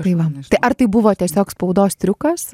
tai va tai ar tai buvo tiesiog spaudos triukas